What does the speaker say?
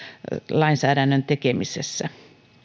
lainsäädännön tekemisessä